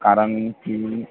कारण की